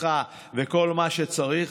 מסכה וכל מה שצריך,